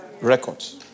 Records